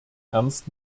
ernst